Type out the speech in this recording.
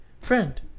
Friend